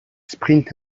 sprint